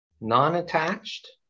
non-attached